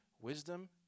wisdom